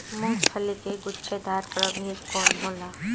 मूँगफली के गुछेदार प्रभेद कौन होला?